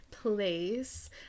place